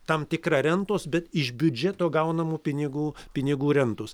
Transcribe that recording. tam tikra rentos bet iš biudžeto gaunamų pinigų pinigų rentos